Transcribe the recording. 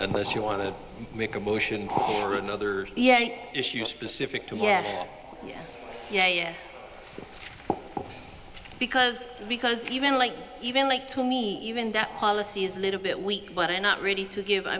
unless you want to make a motion or another issue specific to here yeah yeah yeah because because even like even like to me even that policy is a little bit weak but i'm not ready to give i